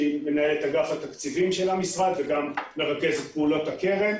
שהיא מנהלת אגף התקציבים של המשרד וגם מרכזת פעולות הקרן,